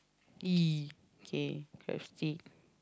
kay crabstick